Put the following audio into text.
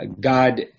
God